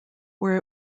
where